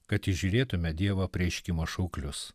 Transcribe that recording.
kad įžiūrėtume dievo apreiškimo šauklius